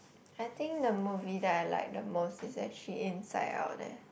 I think the movie that I like the most is actually inside out eh